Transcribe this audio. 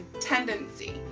tendency